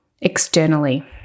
externally